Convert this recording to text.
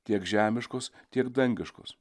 tiek žemiškos tiek dangiškos